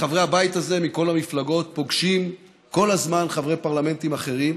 חברי הבית הזה מכל המפלגות פוגשים כל הזמן חברי פרלמנטים אחרים,